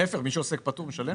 להיפך, מי שעוסק פטור משלם מס.